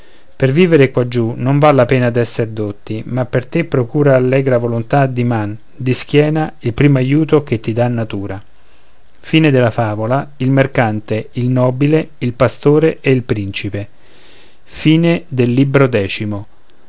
per vivere quaggiù non val la pena d'essere dotti ma per te procura allegra volontà di man di schiena il primo aiuto che ti dà natura i il leone il